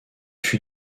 fut